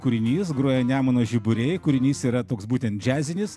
kūrinys groja nemuno žiburiai kūrinys yra toks būtent džiazinis